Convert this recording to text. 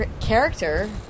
character